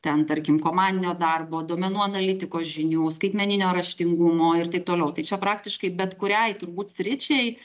ten tarkim komandinio darbo duomenų analitikos žinių skaitmeninio raštingumo ir taip toliau tai čia praktiškai bet kuriai turbūt sričiai